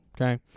Okay